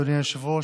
אדוני היושב-ראש,